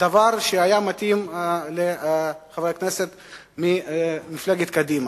דבר שהיה מתאים לחבר הכנסת ממפלגת קדימה,